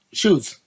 shoes